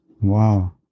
wow